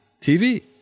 TV